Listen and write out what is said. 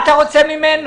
מה אתה רוצה ממנו?